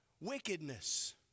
Wickedness